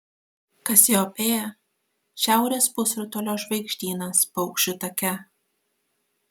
kasiopėja šiaurės pusrutulio žvaigždynas paukščių take